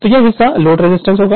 तो यह हिस्सा लोड रजिस्टेंस होगा